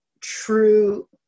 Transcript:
true